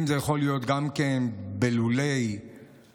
זה יכול להיות גם בלולי העופות